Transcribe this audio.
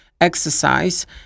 exercise